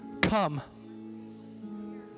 come